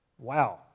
wow